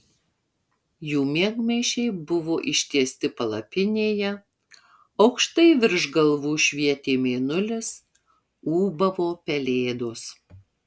jų miegmaišiai buvo ištiesti palapinėje aukštai virš galvų švietė mėnulis ūbavo pelėdos